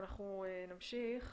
נמשיך